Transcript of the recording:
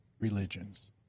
religions